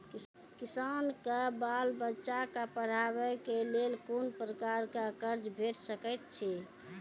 किसानक बाल बच्चाक पढ़वाक लेल कून प्रकारक कर्ज भेट सकैत अछि?